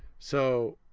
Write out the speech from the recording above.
so.